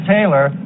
Taylor